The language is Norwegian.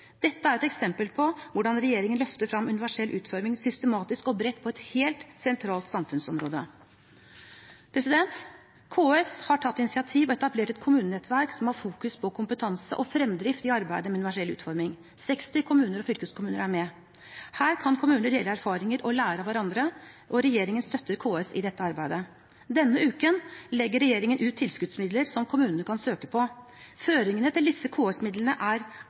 Dette er et eksempel på hvordan regjeringen løfter frem universell utforming systematisk og bredt på et helt sentralt samfunnsområde. KS har tatt initiativ og etablert et kommunenettverk som fokuserer på kompetanse og fremdrift i arbeidet med universell utforming. 60 kommuner og fylkeskommuner er med, og her kan kommuner dele erfaringer og lære av hverandre. Regjeringen støtter KS i dette arbeidet. Denne uken legger regjeringen ut tilskuddsmidler som kommunene kan søke på. Føringen til disse KS-midlene er